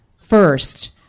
first